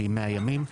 שהיא מהימים,